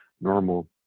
normal